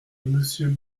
monsieur